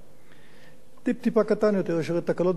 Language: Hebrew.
טיפ-טיפה קטן יותר, בשל תקלות במערכת, כמו תמיד.